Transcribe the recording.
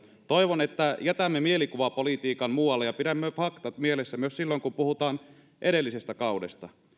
toivon että jätämme mielikuvapolitiikan muualle ja pidämme faktat mielessä myös silloin kun puhutaan edellisestä kaudesta